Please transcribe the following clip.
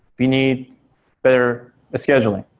we need better scheduling,